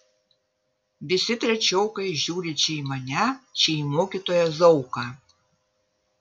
visi trečiokai žiūri čia į mane čia į mokytoją zauką